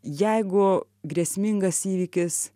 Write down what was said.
jeigu grėsmingas įvykis